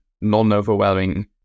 non-overwhelming